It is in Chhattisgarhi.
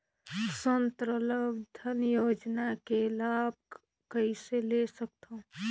स्वावलंबन योजना के लाभ कइसे ले सकथव?